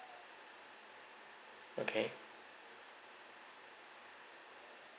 okay